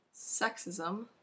sexism